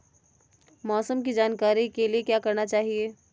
मौसम की जानकारी के लिए क्या करना चाहिए?